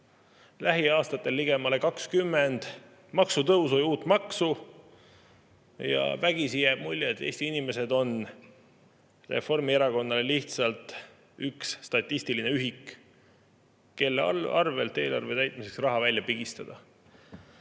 Lähiaastatel on ligemale 20 maksutõusu ja uut maksu. Vägisi jääb mulje, et Eesti inimesed on Reformierakonna jaoks lihtsalt üks statistiline ühik, kellelt eelarve täitmiseks raha välja pigistada.